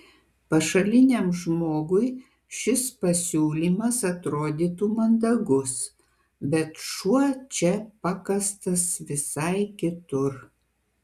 pašaliniam žmogui šis pasiūlymas atrodytų mandagus bet šuo čia pakastas visai kitur